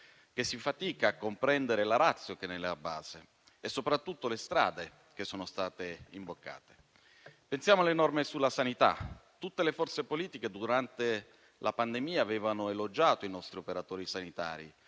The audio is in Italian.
che si fatica a comprendere la *ratio* che ne è alla base e soprattutto le strade che sono state imboccate. Pensiamo alle norme sulla sanità. Tutte le forze politiche durante la pandemia avevano elogiato i nostri operatori sanitari,